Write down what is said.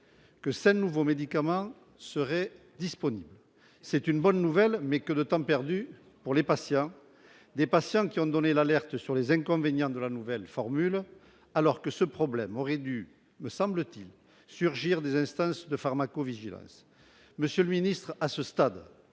que cinq nouveaux médicaments seraient disponibles. C'est une bonne nouvelle, mais que de temps perdu pour les patients, qui ont donné l'alerte sur les inconvénients de la nouvelle formule alors que ce problème aurait dû, me semble-t-il, surgir des instances de pharmacovigilance. Monsieur le secrétaire d'État, à ce stade,